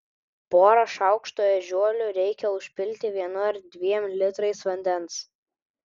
porą šaukštų ežiuolių reikia užpilti vienu ar dviem litrais vandens